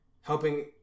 helping